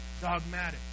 dogmatic